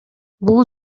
бул